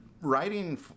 writing